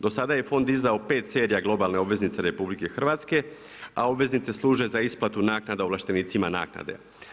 Do sada je fond izdao 5 serija globalne obveznice RH, a obveznice služe za isplatu naknada ovlaštenicima naknade.